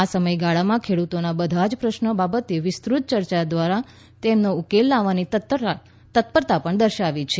આ સમયગાળામાં ખેડૂતોના બધા જ પ્રશ્નો બાબતે વિસ્તૃત ચર્ચા દ્વારા તેમનો ઉકેલ લાવવાની તત્પરતા પણ દર્શાવી છે